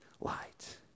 light